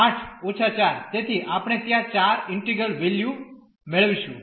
તેથી આપણે ત્યાં 4 ઈન્ટિગ્રલ વેલ્યુ મેળવીશું